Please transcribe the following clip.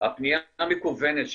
הפנייה המקוונת,